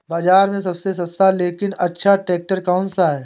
बाज़ार में सबसे सस्ता लेकिन अच्छा ट्रैक्टर कौनसा है?